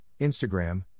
Instagram